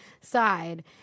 side